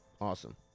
Awesome